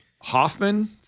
Hoffman